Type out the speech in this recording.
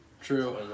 True